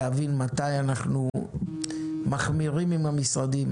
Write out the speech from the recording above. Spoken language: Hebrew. להבין מתי אנו מחמירים עם המשרדים,